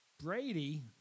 Brady